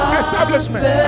establishment